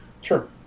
sure